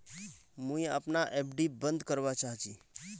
मुई अपना एफ.डी बंद करवा चहची